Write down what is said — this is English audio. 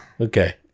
Okay